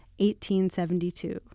1872